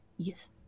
Yes